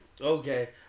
Okay